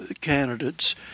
candidates